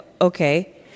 Okay